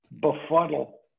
befuddle